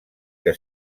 que